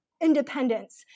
independence